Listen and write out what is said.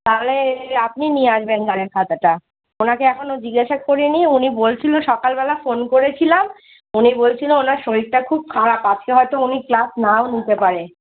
তাহলে আপনি নিয়ে আসবেন গানের খাতাটা ওনাকে এখনও জিজ্ঞেস করিনি উনি বলছিলো সকালবেলা ফোন করেছিলাম উনি বলছিলো ওনার শরীরটা খুব খারাপ আজকে হয়তো উনি ক্লাস নাও নিতে পারে